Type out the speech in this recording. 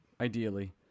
Ideally